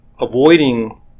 avoiding